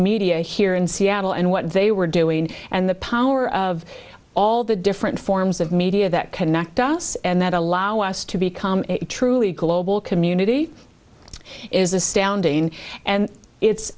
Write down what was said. media here in seattle and what they were doing and the power of all the different forms of media that connect us and that allow us to become truly global community is astounding and it's